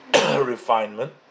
refinement